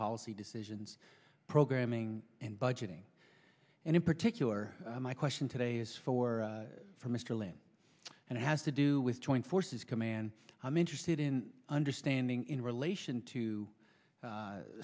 policy decisions programming and budgeting and in particular my question today is for for mr lynn and it has to do with joint forces command i'm interested in understanding in relation to